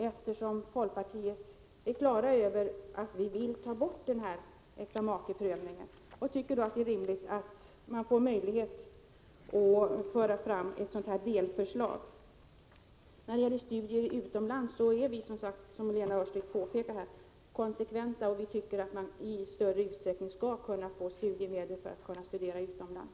Eftersom folkpartiet är på det klara med att vi vill ta bort äktamakeprövningen tycker vi att det är rimligt att man får möjlighet att föra fram ett delförslag. Vi noterar med tillfredsställelse att även centern är beredd att stödja den reservationen. Beträffande studier utomlands är vi, som Lena Öhrsvik påpekade, konsekventa. Vi tycker att man i större utsträckning skall kunna få studiemedel för att kunna studera utomlands.